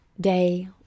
day